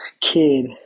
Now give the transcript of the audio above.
kid